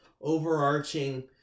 overarching